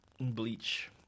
Bleach